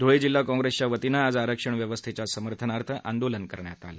ध्रळे जिल्हा काँग्रेसच्यावतीनं आज आरक्षण व्यवस्थेच्या समर्थनार्थ आंदोलन करण्यात आलं